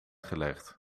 gelegd